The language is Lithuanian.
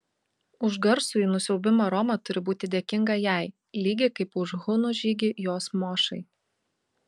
už garsųjį nusiaubimą roma turi būti dėkinga jai lygiai kaip už hunų žygį jos mošai